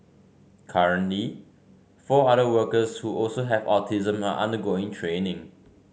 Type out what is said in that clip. currently four other workers who also have autism are undergoing training